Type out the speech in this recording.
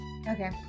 Okay